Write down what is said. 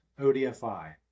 ODFI